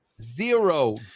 zero